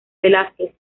velázquez